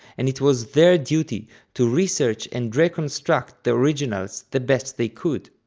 and it was their duty to research and reconstruct the originals the best they could.